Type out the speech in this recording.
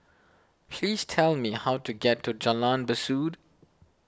please tell me how to get to Jalan Besut